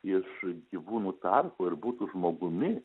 iš gyvūnų tarpo ir būtų žmogumi